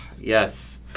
yes